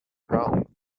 ground